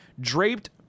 draped